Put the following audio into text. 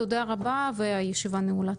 תודה רבה והישיבה נעולה.